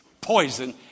poison